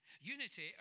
Unity